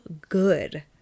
good